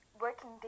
working